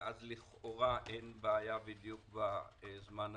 ואז לכאורה אין בעיה בדיוק בזמן הזה.